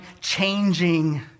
changing